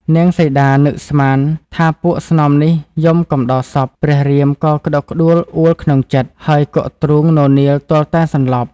នាងសីតានឹកស្នាថាពួកស្នំនេះយំកំដរសពព្រះរាមក៏ក្តុកក្តួលអូលក្នុងចិត្ត ហើយគក់ទ្រូងននៀលទាល់តែសន្លប់។